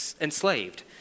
enslaved